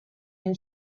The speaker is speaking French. une